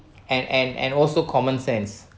and and and also common sense